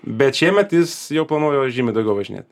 bet šiemet jis jau planuoju žymiai daugiau važinėt